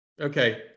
Okay